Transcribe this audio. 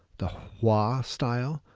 the hua style,